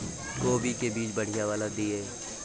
कोबी के बीज बढ़ीया वाला दिय?